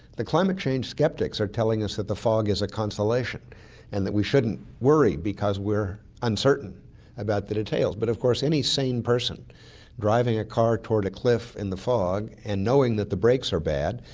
the climate change sceptics are telling us that the fog is a consolation and that we shouldn't worry because we're uncertain about the details, but of course any sane person driving a car toward a cliff in the fog and knowing that the brakes are bad,